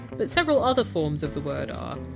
but several other forms of the word are.